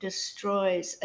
Destroys